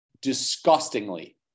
disgustingly